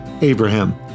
Abraham